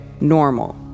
normal